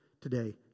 today